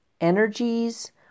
energies